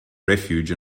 refuge